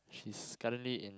she's currently in